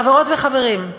חברות וחברים,